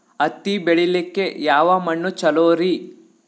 ಹತ್ತಿ ಬೆಳಿಲಿಕ್ಕೆ ಯಾವ ಮಣ್ಣು ಚಲೋರಿ?